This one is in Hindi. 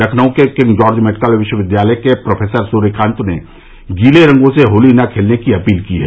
लखनऊ के किंग जार्ज मेडिकल विश्वविद्यालय के प्रोफेसर सुर्यकांत ने गीले रंगों से होली न खेलने की अपील की है